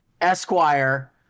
Esquire